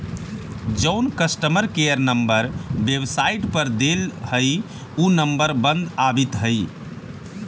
जउन customer care number website पर देल हई ऊ नंबर बंद आबित हई